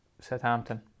Southampton